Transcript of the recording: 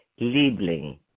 Liebling